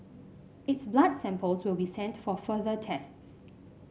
its blood samples will be sent for further tests